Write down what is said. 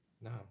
No